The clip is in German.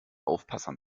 aufpasser